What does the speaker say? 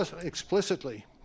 explicitly